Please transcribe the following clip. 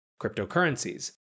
cryptocurrencies